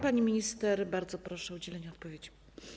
Pani minister, bardzo proszę o udzielenie odpowiedzi.